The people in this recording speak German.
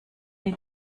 ein